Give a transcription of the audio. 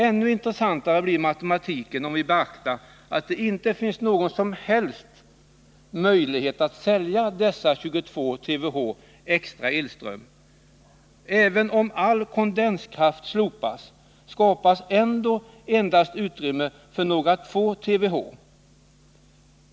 Ännu intressantare blir matematiken om man beaktar att det inte finns någon som helst möjlighet att sälja dessa 22 TWh extra elström. Även om all kondenskraft slopas, skapas ändå endast utrymme för några få TWh.